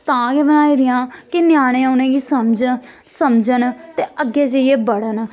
तां गै बनाई दियां कि ञ्यानें उ'नेंगी समझ समझन ते अग्गें जाइयै बढ़न